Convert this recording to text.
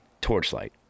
Torchlight